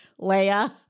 Leia